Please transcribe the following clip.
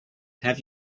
have